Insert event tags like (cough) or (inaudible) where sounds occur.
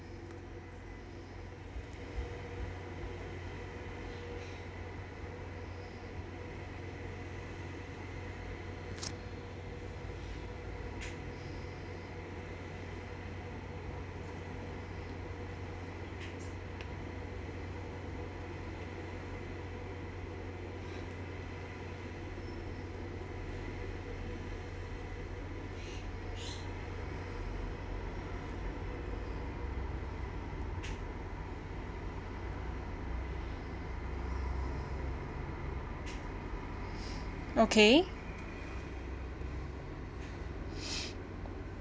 okay (breath)